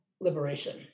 liberation